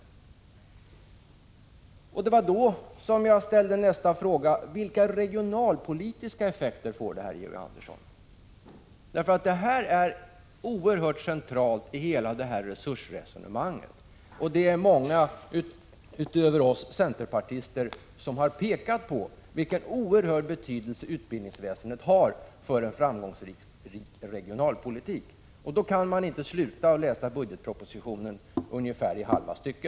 Det var i det sammanhanget som jag ställde nästa fråga: Vilka regionalpolitiska effekter får detta, Georg Andersson? Den frågan är oerhört central i hela resursresonemanget, och det är många förutom centerpartister som har pekat på vilken oerhörd betydelse utbildningsväsendet har för en framgångsrik regionalpolitik. Man kan alltså inte sluta att läsa budgetpropositionen mitt i ett stycke.